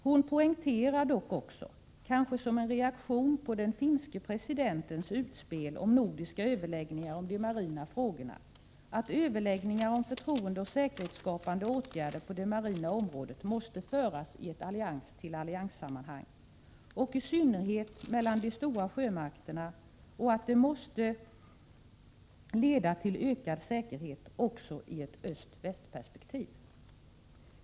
Hon poängterar dock också — kanske som en reaktion på den finske presidentens utspel om nordiska överläggningar om de marina frågorna — att överläggningar om förtroendeoch säkerhetsskapande åtgärder på det marina området måste föras i ett allians-till-allians-sammanhang, i synnerhet mellan de stora sjömakterna, och att det måste leda till ökad säkerhet också i ett öst-väst-perspektiv.